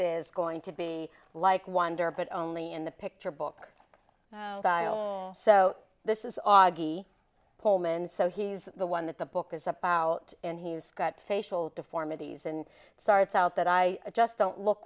is going to be like wonder but only in the picture book so this is augie coleman so he's the one that the book is about and he's got facial deformities and starts out that i just don't look